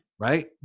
right